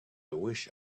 wished